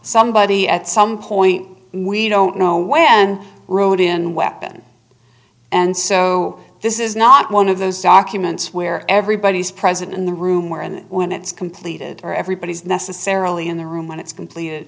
somebody at some point we don't know where and rode in weapon and so this is not one of those documents where everybody is present in the room where and when it's completed or everybody is necessarily in the room when it's completed